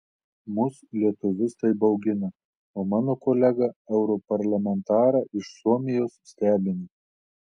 mus lietuvius tai baugina o mano kolegą europarlamentarą iš suomijos stebina